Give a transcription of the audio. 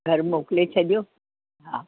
घरु मोकिले छॾियो हा